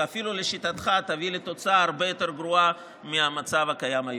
ואפילו לשיטתך תביא לתוצאה הרבה יותר גרועה מהמצב הקיים היום.